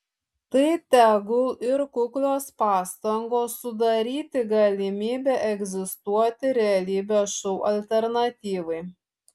tai tegul ir kuklios pastangos sudaryti galimybę egzistuoti realybės šou alternatyvai